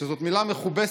שזאת מילה מכובסת